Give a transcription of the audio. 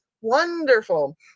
wonderful